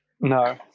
No